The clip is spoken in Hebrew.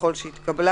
ככל שהתקבלה,